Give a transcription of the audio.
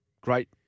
great